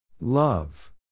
Love